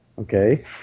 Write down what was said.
Okay